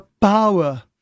power